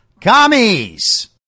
commies